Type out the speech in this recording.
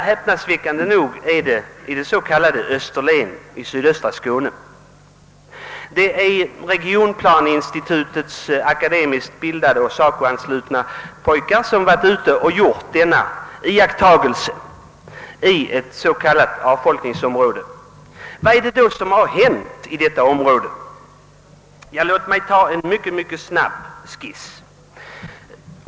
Häpnadsväckande nog är det i Österlen i sydöstra Skåne. Det är regionplaneinstitutets akademiskt bildade och SACO-anslutna pojkar, som gjort denna iakttagelse i ett s.k. avfolkningsområde. Vad är det då som hänt i detta område? Låt mig göra en mycket snabb skiss.